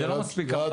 לאט לאט.